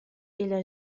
الى